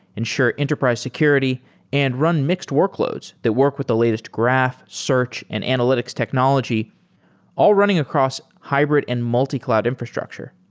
ensure enterprise security and run mixed workloads that work with the latest graph, search and analytics technology all running across hybrid and multi-cloud infrastructure.